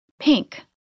Pink